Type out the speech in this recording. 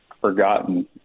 forgotten